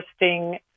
interesting